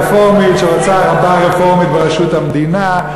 מפלגה רפורמית שרוצה הנהגה רפורמית בראשות המדינה.